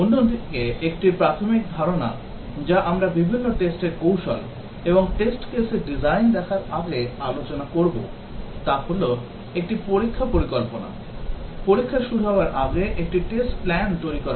অন্য একটি প্রাথমিক ধারণা যা আমরা বিভিন্ন test র কৌশল এবং test case র design দেখার আগে আলোচনা করব তা হল একটি পরীক্ষা পরিকল্পনা পরীক্ষা শুরু হওয়ার আগে একটি test plan তৈরি করা হয়